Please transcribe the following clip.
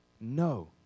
No